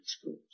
schools